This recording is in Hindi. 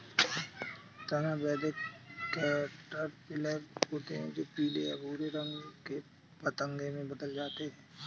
तना बेधक कैटरपिलर होते हैं जो पीले या भूरे रंग के पतंगे में बदल जाते हैं